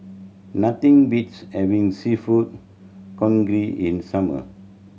nothing beats having Seafood Congee in summer